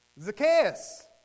Zacchaeus